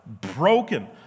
broken